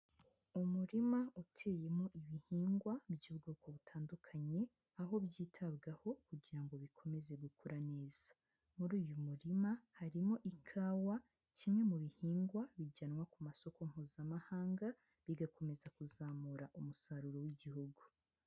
Umurima uteyemo ibihingwa by'ubwoko butandukanye, aho byitabwaho kugira ngo bikomeze gukura neza, muri uyu murima harimo ikawa kimwe mu bihingwa bijyanwa ku masoko mpuzamahanga, bigakomeza kuzamura umusaruro w'igihugu.